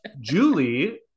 Julie